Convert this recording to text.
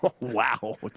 Wow